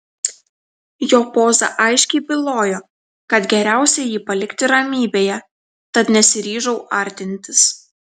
jo poza aiškiai bylojo kad geriausia jį palikti ramybėje tad nesiryžau artintis